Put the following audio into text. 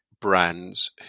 brands